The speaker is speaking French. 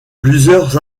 plusieurs